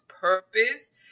purpose